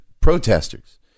protesters